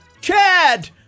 Chad